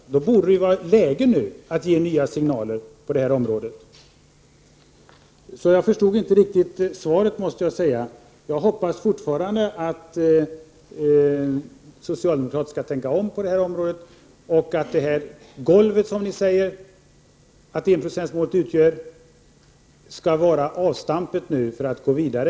Då borde det vara läge att ge nya signaler på detta område. Jag måste säga att jag inte riktigt förstod svaret. Jag hoppas fortfarande att socialdemokraterna skall tänka om på detta område och att detta golv, som ni säger att enprocentsmålet utgör, skall vara avstampet för att gå vidare.